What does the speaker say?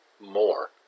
more